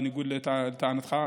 בניגוד לטענתך,